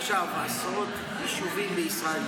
עכשיו עשרות יישובים בישראל,